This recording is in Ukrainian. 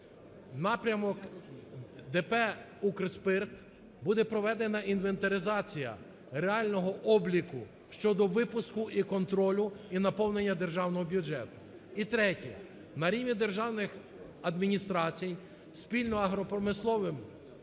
напрямок ДП "Укрспирт". Буде проведена інвентаризація реального обліку щодо випуску і контролю і наповнення державного бюджету. І третє. На рівні державних адміністрацій спільно з агропромисловим